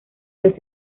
los